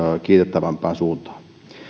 kiitettävämpään suuntaan